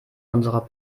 unserer